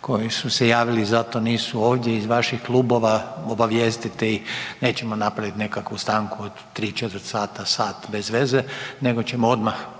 koji su se javili za to nisu ovdje iz vaših klubova obavijestite ih, nećemo napraviti nekakvu stanku od tričetvrt sata, sat bez veze nego ćemo odmah